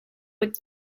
with